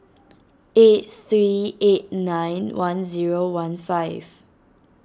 eight three eight nine one zero one five